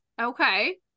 Okay